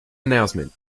announcement